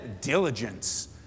diligence